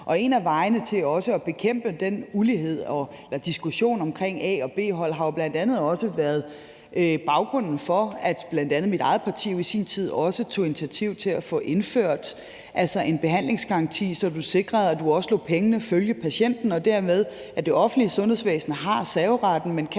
en vej til at bekæmpe ulighed – den diskussion om et A- og B-hold – har været baggrunden for, at bl.a. mit eget parti i sin tid tog initiativ til at få indført en behandlingsgaranti, så man sikrede, at man lod pengene følge patienten. Dermed har det offentlige sundhedsvæsen serveretten,